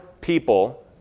people